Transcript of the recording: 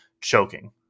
choking